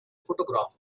photograph